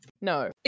No